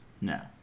No